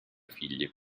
figli